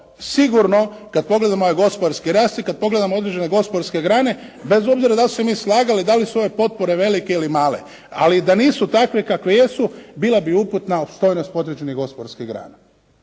sigurno kad pogledamo ovaj gospodarski rast i kad pogledamo određene gospodarske grane bez obzira da li se mi slagali da li su ove potpore velike ili male, ali da nisu takve kakve jesu bila bi uputna opstojnost podređenih gospodarskih grana.